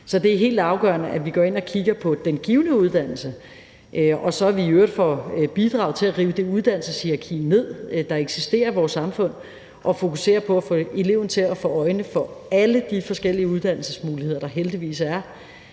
Så det er helt afgørende, at vi går ind og kigger på den givne uddannelse, og så at vi i øvrigt får bidraget til at rive det uddannelseshierarki ned, der eksisterer i vores samfund, og fokuserer på at få eleven til at åbne øjnene for alle de forskellige uddannelsesmuligheder, der heldigvis er,